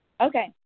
Okay